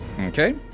okay